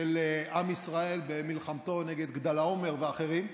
עם ישראל במלחמתו נגד כדרלעמר ואחרים,